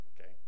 okay